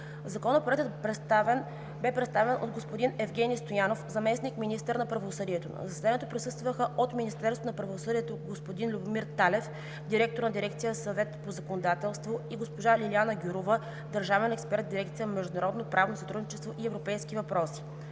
Законопроекта представи господин Евгени Стоянов – заместник-министър на правосъдието. На заседанието присъстваха – от Министерството на правосъдието: господин Любомир Талев – директор на дирекция „Съвет по законодателство“, и госпожа Лиляна Гюрова – държавен експерт в дирекция „Международно правно сътрудничество и европейски въпроси“;